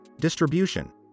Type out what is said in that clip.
distribution